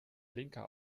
blinker